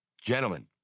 Gentlemen